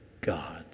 gods